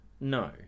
No